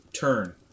turn